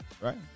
Right